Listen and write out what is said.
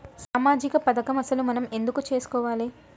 సామాజిక పథకం అసలు మనం ఎందుకు చేస్కోవాలే?